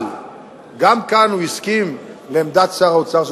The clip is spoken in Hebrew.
אבל גם כאן הוא הסכים לעמדת שר האוצר,